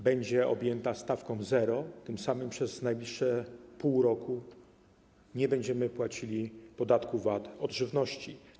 Będzie ona objęta stawką zero, tym samym przez najbliższe pół roku nie będziemy płacili podatku VAT od żywności.